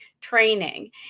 training